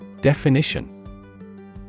Definition